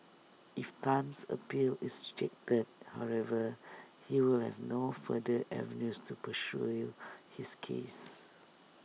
if Tan's appeal is rejected however he will have no further avenues to pursue you his case